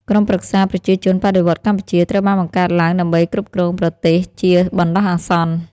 ក្រុមប្រឹក្សាប្រជាជនបដិវត្តន៍កម្ពុជា ត្រូវបានបង្កើតឡើងដើម្បីគ្រប់គ្រងប្រទេសជាបណ្ដោះអាសន្ន។